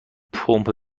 پمپ